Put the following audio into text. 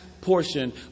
portion